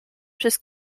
przez